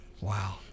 Wow